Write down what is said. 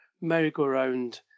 merry-go-round